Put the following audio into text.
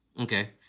Okay